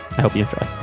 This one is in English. i hope you.